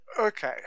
Okay